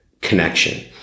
connection